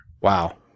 Wow